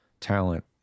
talent